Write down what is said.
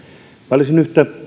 olisin yhtä